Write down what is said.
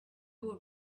were